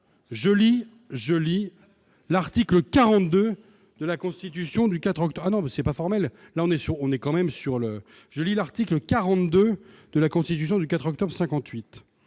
je lis l'article 42 de la Constitution du 4 octobre 58